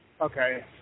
Okay